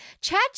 Chat